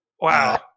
Wow